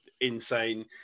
insane